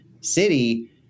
city